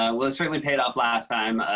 um well it certainly paid off last time.